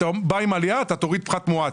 אתה בא עם עלייה אתה תוריד פחת מואץ.